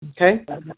Okay